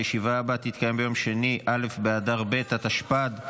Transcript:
הישיבה הבאה תתקיים ביום שני א' באדר ב' התשפ"ד,